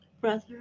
Brother